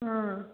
ಹಾಂ